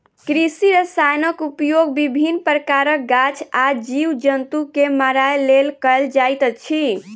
कृषि रसायनक उपयोग विभिन्न प्रकारक गाछ आ जीव जन्तु के मारय लेल कयल जाइत अछि